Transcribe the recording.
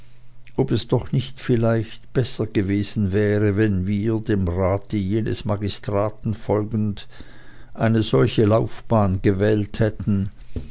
ob es doch nicht vielleicht besser gewesen wäre wenn wir dem rate jenes magistraten folgend eine solche laufbahn gewählt hätten